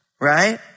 right